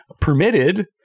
permitted